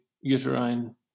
uterine